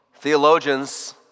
Theologians